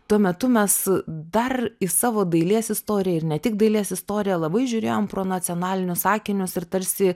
tuo metu mes dar į savo dailės istoriją ir ne tik dailės istoriją labai žiūrėjom pro nacionalinius akinius ir tarsi